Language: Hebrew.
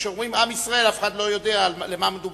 כאשר אומרים "עם ישראל" אף אחד לא יודע על מה מדובר.